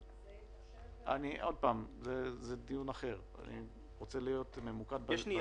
לחשב הכללי: אחד זה המעקב אחר יישום וביצוע